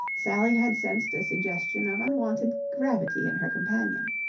sally had sensed a suggestion of unwonted gravity in her companion.